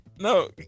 No